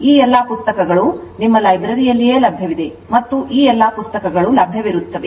ಈ ಎಲ್ಲಾ ಪುಸ್ತಕಗಳು ನಿಮ್ಮ ಲೈಬ್ರರಿಯಲ್ಲಿಯೇ ಲಭ್ಯವಿದೆ ಮತ್ತು ಈ ಎಲ್ಲಾ ಪುಸ್ತಕಗಳು ಲಭ್ಯವಿರುತ್ತವೆ